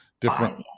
different